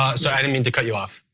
um so i didn't mean to cut you off.